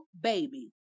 Baby